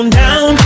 down